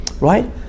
right